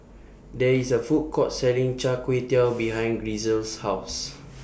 There IS A Food Court Selling Char Kway Teow behind Grisel's House